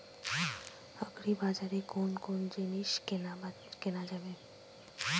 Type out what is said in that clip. আগ্রিবাজারে কোন জিনিস কেনা যাবে?